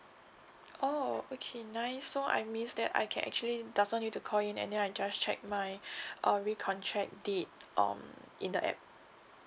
oh okay nice so I means that I can actually doesn't need to call in and then I just check my uh recontract date um in the app